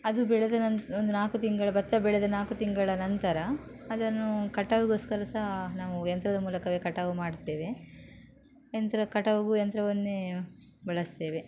ಅದು ಬೆಳೆದ ನಂತ್ ಒಂದು ನಾಲ್ಕು ತಿಂಗಳ ಭತ್ತ ಬೆಳೆದ ನಾಲ್ಕು ತಿಂಗಳ ನಂತರ ಅದನ್ನು ಕಟಾವಿಗೋಸ್ಕರ ಸಹ ನಾವು ಯಂತ್ರದ ಮೂಲಕವೇ ಕಟಾವು ಮಾಡ್ತೇವೆ ಯಂತ್ರ ಕಟಾವಿಗೂ ಯಂತ್ರವನ್ನೇ ಬಳಸ್ತೇವೆ